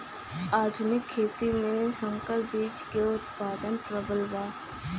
आधुनिक खेती में संकर बीज क उतपादन प्रबल बा